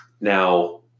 now